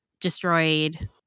destroyed